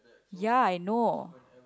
ya I know